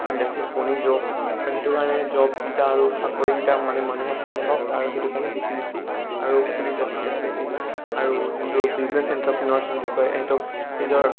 industries বনি যাওক আৰু সেইটো কাৰণে জবকেইটা আৰু চাকৰিকেইটা মানে মানুহে পাই থাকক আৰু সেইটো কাৰণে বেছি বেছি আৰু খুলি যাওক ইণ্ডাষ্ট্ৰিজকেইটা আৰু যোনটো বিজনেচ এণ্ট্ৰপ্ৰেনৰশ্বিপ বুলি কয় সেইটোক নিজৰ